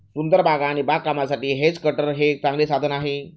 सुंदर बागा आणि बागकामासाठी हेज कटर हे एक चांगले साधन आहे